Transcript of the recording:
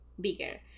bigger